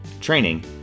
training